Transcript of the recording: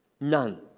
None